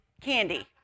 candy